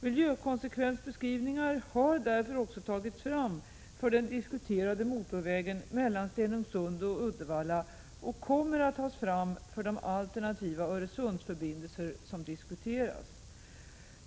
Miljökonsekvensbeskrivningar har därför också tagits fram för den diskuterade motorvägen mellan Stenungsund och Uddevalla och kommer att tas fram för de alternativa Öresundsförbindelser som diskuteras.